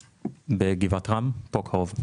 בגבעת רם, פה קרוב.